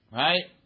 right